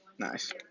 Nice